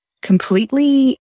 completely